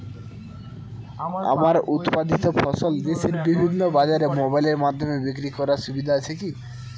আমার উৎপাদিত ফসল দেশের বিভিন্ন বাজারে মোবাইলের মাধ্যমে বিক্রি করার সুবিধা আছে কি?